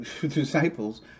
disciples